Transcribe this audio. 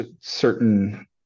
certain